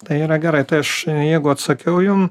tai yra gerai tai aš jeigu atsakiau jum